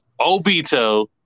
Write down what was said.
Obito